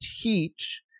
teach